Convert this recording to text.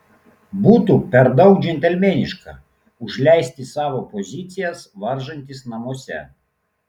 būtų per daug džentelmeniška užleisti savo pozicijas varžantis namuose